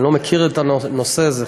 אני לא מכיר את הנושא הזה,